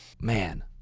man